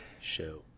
show